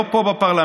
לא פה בפרלמנט,